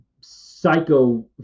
psycho